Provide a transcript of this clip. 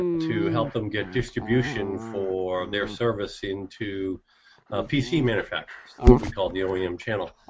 ah to help them get distribution for their service into pc manufactures what we call the ah eom channel